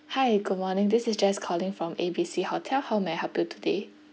hi good morning this is jess calling from A B C hotel how may I help you today